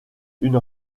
une